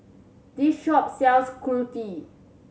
this shop sells Kulfi